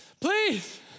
please